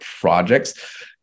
projects